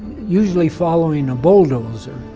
usually following a bulldozer.